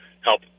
help